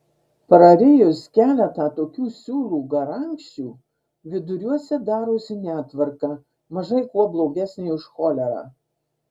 prarijus keletą tokių siūlų garankščių viduriuose darosi netvarka mažai kuo blogesnė už cholerą